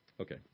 Okay